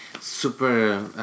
super